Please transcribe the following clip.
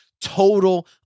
Total